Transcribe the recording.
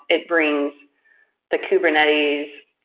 it brings the kubernetes